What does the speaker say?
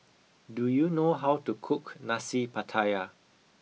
do you know how to cook nasi pattaya